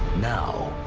now.